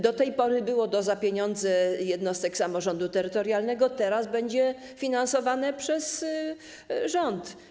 Do tej pory było to robione za pieniądze jednostek samorządu terytorialnego, teraz będzie finansowane przez rząd.